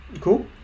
Cool